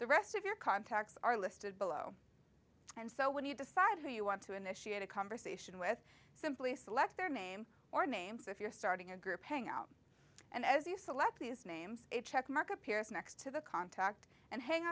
the rest of your contacts are listed below and so when you decide who you want to initiate a conversation with simply select their name or names if you're starting a group paying out and as you select these names a check mark appears next to the contact and